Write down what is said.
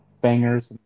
Bangers